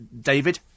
David